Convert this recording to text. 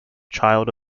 child